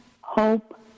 hope